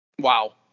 Wow